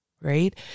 right